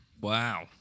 Wow